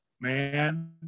man